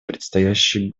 предстоящие